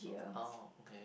oh okay